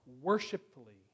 worshipfully